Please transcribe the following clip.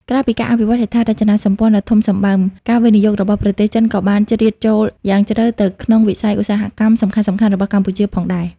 ក្រៅពីការអភិវឌ្ឍន៍ហេដ្ឋារចនាសម្ព័ន្ធដ៏ធំសម្បើម ការវិនិយោគរបស់ប្រទេសចិនក៏បានជ្រៀតចូលយ៉ាងជ្រៅទៅក្នុងវិស័យឧស្សាហកម្មសំខាន់ៗរបស់កម្ពុជាផងដែរ។